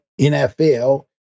NFL